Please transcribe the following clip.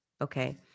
Okay